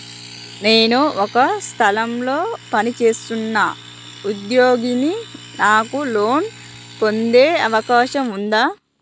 నేను ఒక సంస్థలో పనిచేస్తున్న ఉద్యోగిని నాకు లోను పొందే అవకాశం ఉందా?